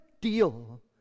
deal